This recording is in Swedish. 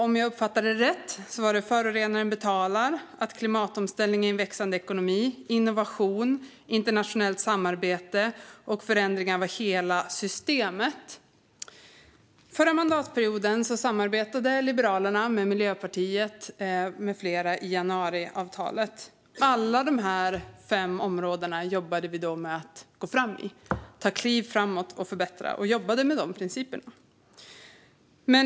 Om jag uppfattade det rätt handlade det om att förorenaren betalar, klimatomställning i en växande ekonomi, innovation, internationellt samarbete och förändringar av hela systemet. Förra mandatperioden samarbetade Liberalerna med Miljöpartiet med flera i januariavtalet. Vi jobbade då med alla dessa fem områden. Vi jobbade med de principerna och med att ta kliv framåt och förbättra.